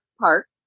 Park